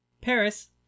Paris